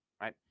right